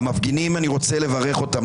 המפגינים אני רוצה לברך אותם,